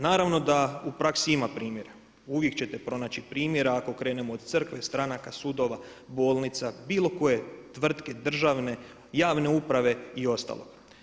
Naravno da u praksi ima primjera, uvijek ćete pronaći primjera ako krenemo od crkve, stranaka, sudova, bolnica, bilo koje tvrtke državne, javne uprave i ostalo.